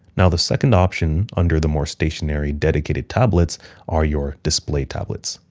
now, the second option under the more stationary, dedicated tablets are your display tablets.